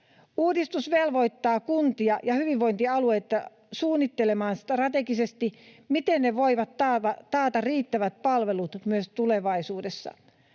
Uudistus velvoittaa kuntia ja hyvinvointialueita suunnittelemaan strategisesti, miten ne voivat taata riittävät palvelut myös tulevaisuudessa.